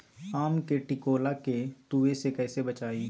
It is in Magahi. आम के टिकोला के तुवे से कैसे बचाई?